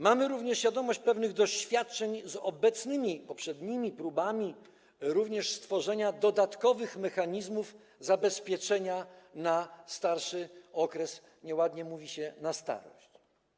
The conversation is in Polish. Mamy również świadomość pewnych doświadczeń z obecnymi, poprzednimi próbami również stworzenia dodatkowych mechanizmów zabezpieczenia na późniejszy okres, nieładnie mówi się: na starość.